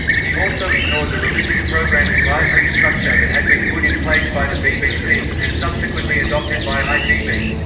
he also ah you know the religious programme advisory structure that had been put in place by the bbc, and subsequently adopted by itv.